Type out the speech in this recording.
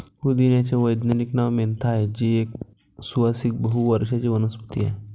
पुदिन्याचे वैज्ञानिक नाव मेंथा आहे, जी एक सुवासिक बहु वर्षाची वनस्पती आहे